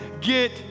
Get